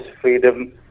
freedom